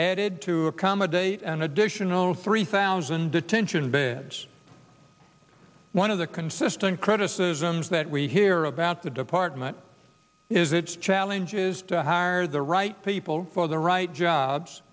added to accommodate an additional three thousand detention beds one of the consistent criticisms that we hear about the department is its challenges to hire the right people for the right jobs